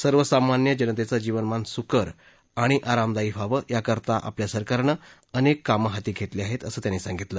सर्वसामान्य जनतेचं जीवनमान सुकर आणि आरामदायी व्हावं याकरता आपल्या सरकारनं अनेक कामं हाती घेतली आहेत असंही त्यांनी सांगितलं